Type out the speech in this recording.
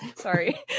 Sorry